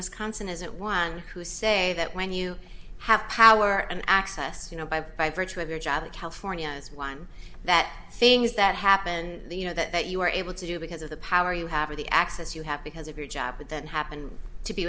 wisconsin is it one who say that when you have power and access you know by virtue of your job that california is one that things that happen you know that you are able to do because of the power you have or the access you have because of your job but that happens to be